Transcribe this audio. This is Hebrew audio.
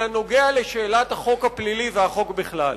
אלא נוגע לשאלת החוק הפלילי והחוק בכלל.